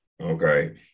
Okay